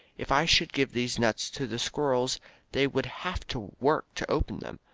if i should give these nuts to the squirrels they would have to work to open them.